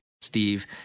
Steve